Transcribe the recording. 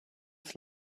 have